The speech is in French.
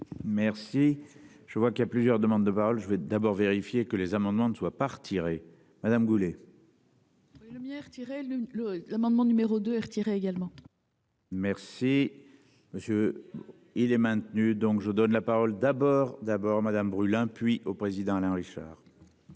Merci. Je vois qu'il y a plusieurs demandes de paroles. Je vais d'abord vérifier que les amendements ne soit pas. Madame Goulet. Première tirer le le l'amendement numéro 2 et retiré également. Merci. Monsieur. Il est maintenu, donc je donne la parole d'abord d'abord Madame brûle hein puis au président Alain Richard. Merci